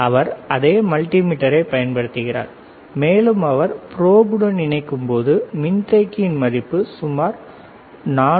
அவர் அதே மல்டிமீட்டரைப் பயன்படுத்துகிறார் மேலும் அவர் ப்ரோபுடன் இணைக்கும்போது மின்தேக்கியின் மதிப்பு சுமார் 464